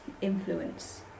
influence